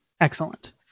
excellent